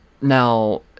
Now